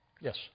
Yes